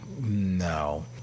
No